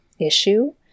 issue